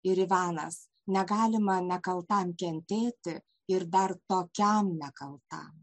ir ivanas negalima nekaltam kentėti ir dar tokiam nekaltam